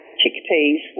chickpeas